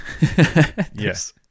yes